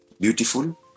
beautiful